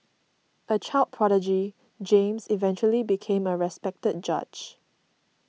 a child prodigy James eventually became a respected judge